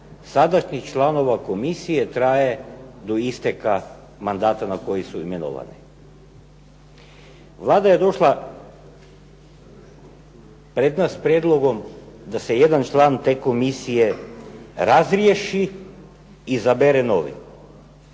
sadašnjih članova komisije traje do isteka mandata na koji su imenovani. Vlada je došla pred nas s prijedlogom da se jedan član te komisije razriješi i izabere novi.